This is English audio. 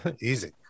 Easy